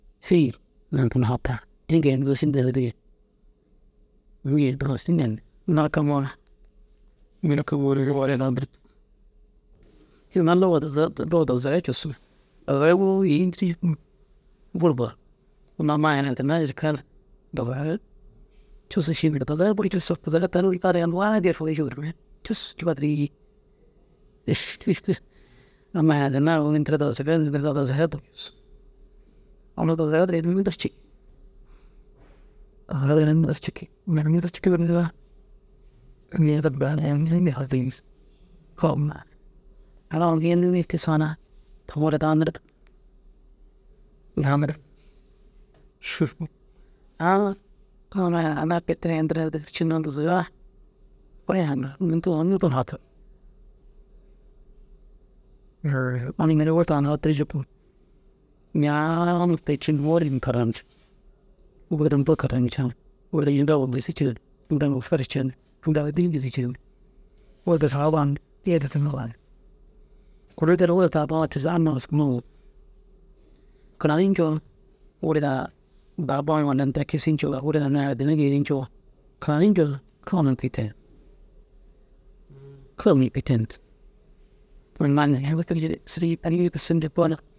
Hêyii ninta nufataar ini geentiroo sîri dîŋa mu yeentiŋoo narkamoo na mire ginna luga te luga dazaga cusu. Dazaga wôwa yêentirii jikuu buru boru unnu ammai hanaitinna jirkan dazagara cusu ši yiŋ. Dazaga buru cusu dazaga tani wer fariyenir waadiye fuwii ciŋa durumee cusu ru fadirii jii. Amma hanaitinnaa ru nuŋu ini tira dazaga ñidirdaa dazaga duro busu. Ama dazaga duro ini muntu ru cii. Dazaga duro ina muntu ru ciki. Ina duro muntu ciki nirigaa ini naara au geentii tiisoo na taŋuu raa daa nirdig. Daanirig šîfu ãã ka hunaa ama kei tira ini tira ntirig ciina unnu dazagaa kuree haaniŋ. Muntuu ginna nûkta hatig. unnu mêri wurdaa ŋa nufatii jikuu ñaana kôi ciŋ buurin karanvce. Gûduro ma buru karayinii ciŋa wûdur ini daguu gisu ceŋ. Ini daguu faru cene ini daguu dîli gisi cene. Wurda saa banim yee duro teri buranimmi. Kunno nteroo na wurda tammo tiisinni amma ôsumuŋi. Kiranii ncoo wurdaa dau baaŋo na ini tira kisii ncoo ye wurdaa ini hardinne geenii ncoo kiranii ncoo kira numa kui tayi. Kira numa kui tennni tira.